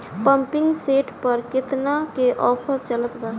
Pumping set पर केतना के ऑफर चलत बा?